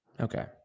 Okay